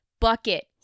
bucket